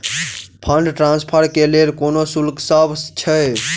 Fund transfer केँ लेल कोनो शुल्कसभ छै?